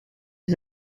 les